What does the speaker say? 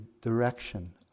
direction